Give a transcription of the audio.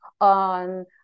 on